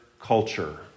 culture